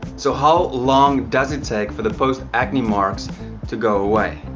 so how long does it take for the post acne marks to go away?